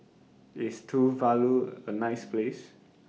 IS Tuvalu A nice Place